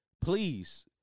please